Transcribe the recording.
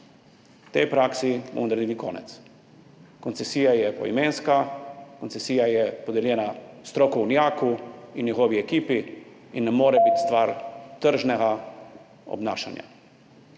Tej praksi bomo naredili konec. Koncesija je poimenska, koncesija je podeljena strokovnjaku in njegovi ekipi in ne more biti stvar tržnega obnašanja.